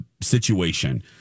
situation